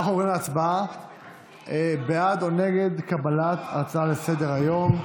אנחנו עוברים להצבעה בעד או נגד קבלת ההצעה לסדר-היום.